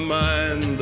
mind